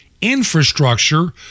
infrastructure